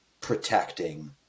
protecting